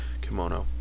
kimono